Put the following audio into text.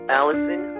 Allison